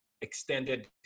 extended